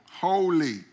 Holy